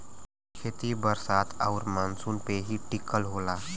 खेती बरसात आउर मानसून पे ही टिकल होला